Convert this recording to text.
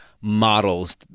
models